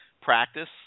practice